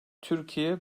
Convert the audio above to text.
türkiye